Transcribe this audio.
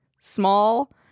small